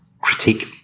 critique